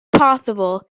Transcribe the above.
possible